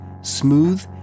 smooth